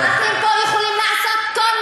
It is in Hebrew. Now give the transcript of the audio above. ולא יוכרע פה בכנסת.